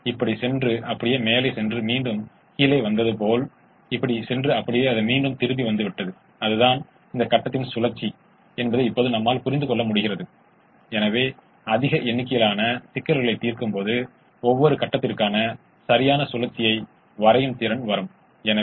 இது அடிப்படை சாத்தியமில்லை இது சாத்தியமானது மற்றும் இது 10x2 20 9x5 45 65 இன் புறநிலை செயல்பாட்டு மதிப்பைக் கொண்டுள்ளது